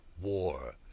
War